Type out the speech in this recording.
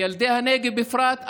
בילדי הנגב בפרט,